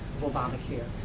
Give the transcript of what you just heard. Obamacare